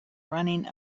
running